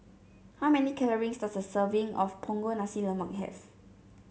how many calories does a serving of Punggol Nasi Lemak have